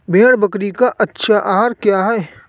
भेड़ बकरी का अच्छा आहार क्या है?